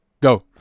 Go